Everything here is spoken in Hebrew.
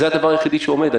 זה הדבר היחידי שעומד.